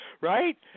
Right